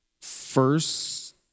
first